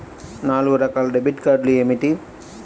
నాలుగు రకాల డెబిట్ కార్డులు ఏమిటి?